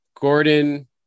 Gordon